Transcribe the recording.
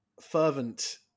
fervent